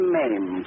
name